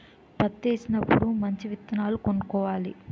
పత్తేసినప్పుడు మంచి విత్తనాలు కొనుక్కోవాలి